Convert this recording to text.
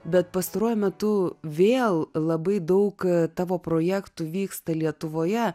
bet pastaruoju metu vėl labai daug tavo projektų vyksta lietuvoje